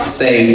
say